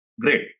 Great